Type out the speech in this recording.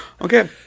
Okay